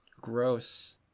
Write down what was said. gross